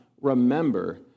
remember